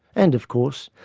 and of course,